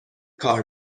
کار